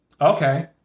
okay